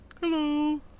Hello